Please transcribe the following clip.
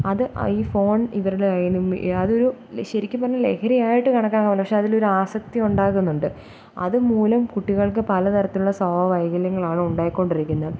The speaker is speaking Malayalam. അത് ഈ ഫോൺ ഇവരുടെ കയ്യിൽ നിന്ന് മേ അതൊരു ശരിക്കും പറഞ്ഞാൽ ലഹരിയായിട്ടു കണക്കാക്കാൻ പറ്റില്ല പക്ഷേ അതിലൊരു ആസക്തി ഉണ്ടാകുന്നുണ്ട് അതുമൂലം കുട്ടികൾക്ക് പലതരത്തിലുള്ള സ്വഭാവവൈകല്യങ്ങളാണ് ഉണ്ടായിക്കൊണ്ടിരിക്കുന്നത്